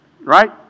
Right